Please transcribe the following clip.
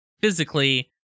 physically